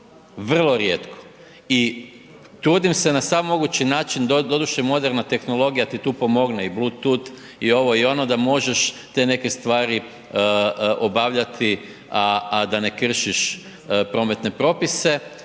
vrlo rijetko. I trudim se na sav mogući način, doduše moderna tehnologija ti tu pomogne i Bluetooth i ovo i ono da možeš te neke stvari obavljati, a da ne kršiš prometne propise.